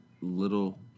little